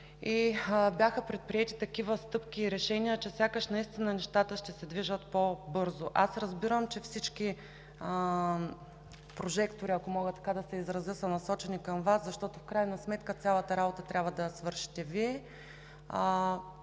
и бяха предприети такива стъпки и решения, че сякаш нещата ще се движат по-бързо. Разбирам, че всички прожектори, ако мога така да се изразя, са насочени към Вас, защото в крайна сметка Вие трябва да свършите